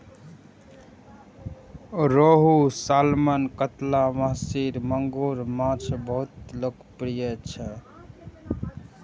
रोहू, सालमन, कतला, महसीर, मांगुर माछ बहुत लोकप्रिय छै